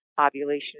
ovulation